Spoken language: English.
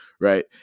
right